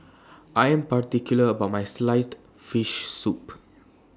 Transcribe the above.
I Am particular about My Sliced Fish Soup